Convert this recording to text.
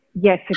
yes